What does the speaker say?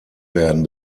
werden